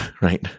right